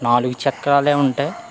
నాలుగు చక్రాలు ఉంటాయి